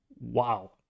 Wow